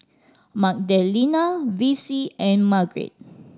Magdalena Vicie and Margret